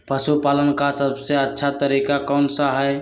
पशु पालन का सबसे अच्छा तरीका कौन सा हैँ?